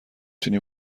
تونی